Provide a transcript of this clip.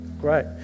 Great